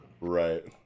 Right